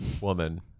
woman